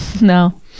No